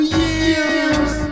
years